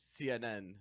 CNN